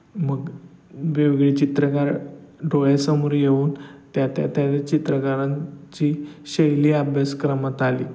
मग वेगवेगळे चित्रकार डोळ्यासमोर येऊन त्या त्या त्या चित्रकारांची शैली अभ्यासक्रमात आली